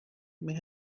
may